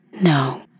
no